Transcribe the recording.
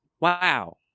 Wow